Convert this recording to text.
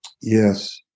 Yes